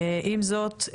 עם זאת,